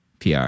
pr